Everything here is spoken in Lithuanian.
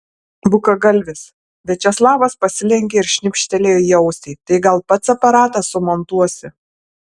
bukagalvis viačeslavas pasilenkė ir šnipštelėjo į ausį tai gal pats aparatą sumontuosi